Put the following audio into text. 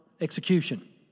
execution